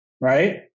right